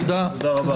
תודה,